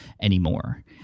anymore